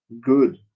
good